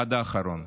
עד האחרון.